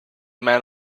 man